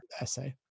essay